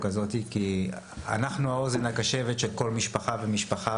הזאת כי אנחנו האוזן הקשבת של כל משפחה ומשפחה